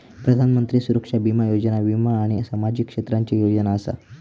प्रधानमंत्री सुरक्षा बीमा योजना वीमा आणि सामाजिक क्षेत्राची योजना असा